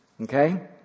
Okay